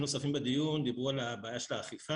נוספים בדיון דיברו על הבעיה של האכיפה,